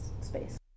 space